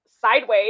sideways